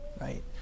right